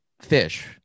fish